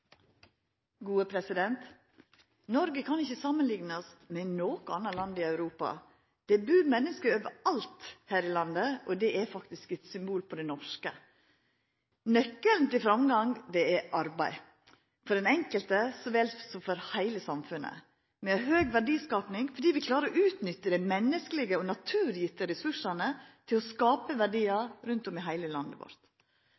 kan ikkje samanliknast med noko anna land i Europa. Det bur menneske overalt her i landet, og det er faktisk eit symbol på det norske. Nøkkelen til framgang er arbeid – for den enkelte så vel som for heile samfunnet. Vi har høg verdiskaping fordi vi klarer å utnytta dei menneskelege og naturgitte ressursane til å